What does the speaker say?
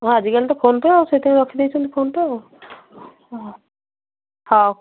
ହଁ ଆଜି କାଲି ତ ଫୋନ୍ ପେ ଆଉ ସେଥିପାଇଁ ରଖିଦେଇଛନ୍ତି ଫୋନ୍ ପେ ଆଉ ହଉ